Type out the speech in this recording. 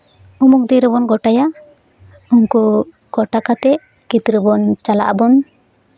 ᱩᱢᱩᱠ ᱫᱤᱱ ᱨᱮᱵᱚᱱ ᱜᱳᱴᱟᱭᱟ ᱩᱱᱠᱩ ᱜᱳᱴᱟ ᱠᱟᱛᱮ ᱜᱤᱫᱽᱨᱟᱹ ᱵᱚᱱ ᱪᱟᱞᱟᱜ ᱟᱵᱚᱱ